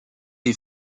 des